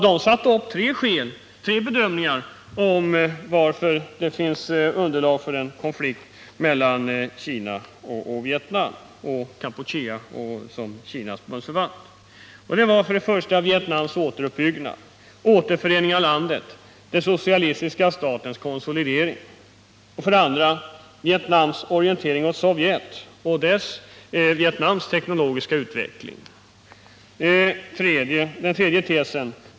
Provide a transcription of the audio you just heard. Dessa gjorde tre bedömningar av varför det finns underlag för en konflikt mellan Kina och Vietnam och Kampuchea som Kinas bundsförvant. 2. Vietnams orientering åt Sovjet och Vietnams teknologiska utveckling. 3.